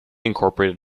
incorporated